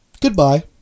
Goodbye